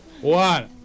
one